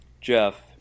Jeff